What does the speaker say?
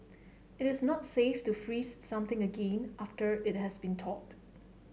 it is not safe to freeze something again after it has been thawed